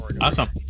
Awesome